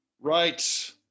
Right